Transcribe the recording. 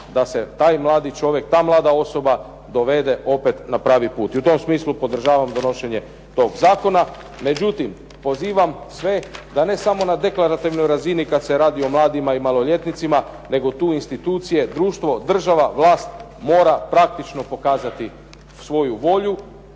da se taj mladi čovjek, ta mlada osoba dovede opet na pravi put. I u tom smislu podržavam donošenje tog zakona, međutim pozivam sve da ne samo na deklarativnoj razini kad se radi o mladima i maloljetnicima nego tu institucije, društvo, država, vlast mora praktično pokazati svoju volju